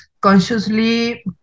consciously